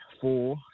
four